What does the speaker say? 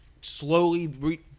slowly